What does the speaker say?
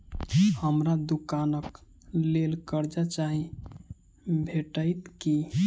हमरा दुकानक लेल कर्जा चाहि भेटइत की?